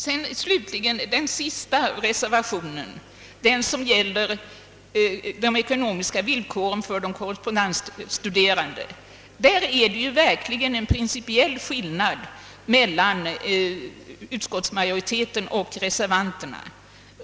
Vad slutligen beträffar den sista reservationen, den som gäller de ekonomiska villkoren för de korrespondens studerande, föreligger verkligen en principiell skillnad mellan utskottsmajoriteten och reservanterna.